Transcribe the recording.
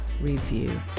review